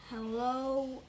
Hello